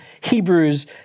Hebrews